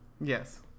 yes